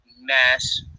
mass